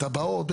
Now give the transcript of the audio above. תב"עות,